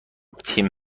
تیم